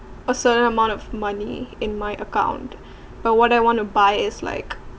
a certain amount of money in my account but what I want to buy is like